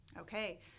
Okay